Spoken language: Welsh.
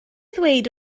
ddweud